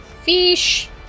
Fish